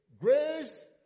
Grace